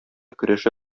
көрәшә